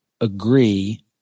agree